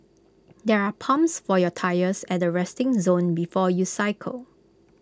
there are pumps for your tyres at the resting zone before you cycle